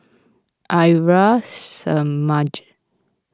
Arya Samaj